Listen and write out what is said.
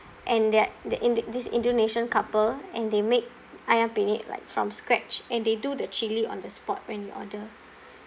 and their their indo~ this indonesian couple and they make ayam penyet like from scratch and they do the chilli on the spot when you order